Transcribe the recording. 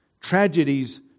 Tragedies